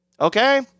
Okay